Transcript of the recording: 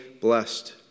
blessed